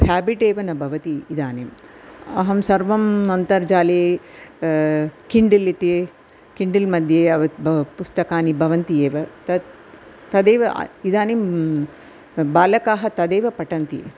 ह्याबिटेव न भवति इदानीम् अहं सर्वम् अन्तर्जाले किण्डल् इति किण्डल्मध्ये अव ब पुस्तकानि भवन्ति एव तत् तदेव अ इदानीं बालकाः तदेव पठन्ति